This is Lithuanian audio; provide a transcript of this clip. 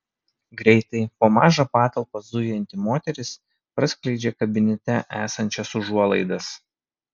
greitai po mažą patalpą zujanti moteris praskleidžia kabinete esančias užuolaidas